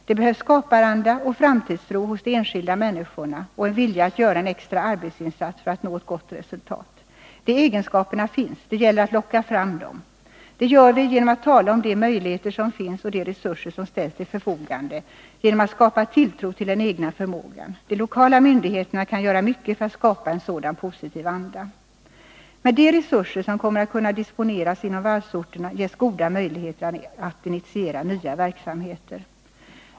Det behövs skaparanda och framtidstro hos de enskilda människorna och en vilja att göra en extra arbetsinsats för att nå ett gott resultat. De egenskaperna finns. Det gäller att locka fram dem. Det gör vi - Nr 155 genom att tala om de möjligheter som finns och de resurser som ställts till förfogande och genom att skapa tilltro till den egna förmågan. De lokala myndigheterna kan göra mycket för att skapa en sådan positiv anda. Med de resurser som kommer att kunna disponeras inom varvsorterna ges goda möjligheter att initiera nya verksamheter.